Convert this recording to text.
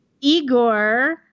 Igor